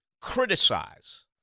criticize